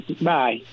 Bye